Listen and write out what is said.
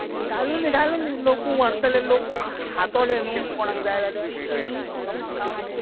घालूनी घालूनी लोक व्हरतले लोक खातले न्हय कोणाक जाय जाल्यार लोकांक खांवनी